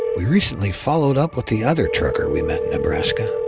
we recently followed up with the other trucker we met in nebraska.